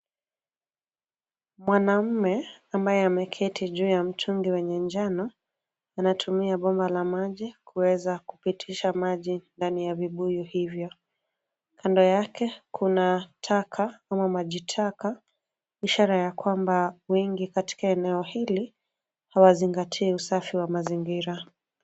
Mwanaume, ambaye ameketi kwenye mtungi wenye manjano, anatumia bomba la maji, kuweza kupitisha maji ndani ya vibuyu hivyo, kando yake, kuna taka, ama maji taka, ishara ya kwamba, wengi katika eneo hili, hawazingatii usafi wa mazingira.